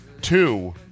two